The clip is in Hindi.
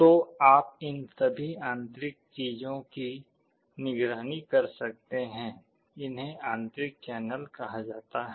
तो आप इन सभी आंतरिक चीजों की निगरानी कर सकते हैं इन्हें आंतरिक चैनल कहा जाता है